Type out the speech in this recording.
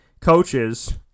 coaches